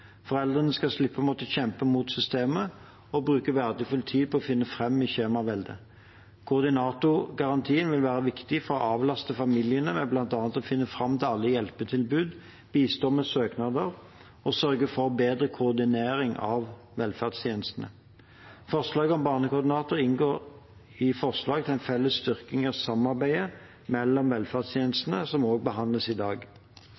Foreldrene skal slippe å måtte kjempe mot systemet og bruke verdifull tid på å finne fram i skjemaveldet. Koordinatorgarantien vil være viktig for å avlaste familiene med bl.a. å finne fram til alle hjelpetilbud, bistå med søknader og sørge for bedre koordinering av velferdstjenestene. Forslaget om barnekoordinator inngår i forslag til en felles styrking av samarbeidet mellom velferdstjenestene, som også behandles i dag.